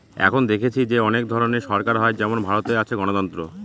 এখন দেখেছি যে অনেক ধরনের সরকার হয় যেমন ভারতে আছে গণতন্ত্র